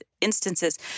instances